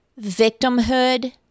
victimhood